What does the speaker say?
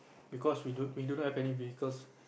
because we do we do not have any vehicles